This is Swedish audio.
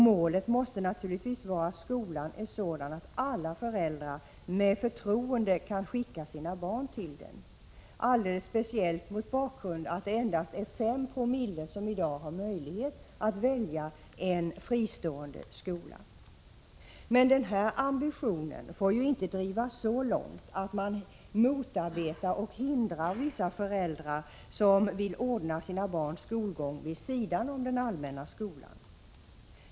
Målet måste naturligtvis vara att skolan är sådan att alla föräldrar med förtroende kan skicka sina barn till den; alldeles speciellt mot bakgrund av att det endast är 5 Zo som i dag har möjlighet att välja en fristående skola. Men denna ambition får ju inte drivas så långt att man motarbetar och hindrar vissa föräldrar som vill ordna sina barns skolgång vid sidan av den allmänna skolan.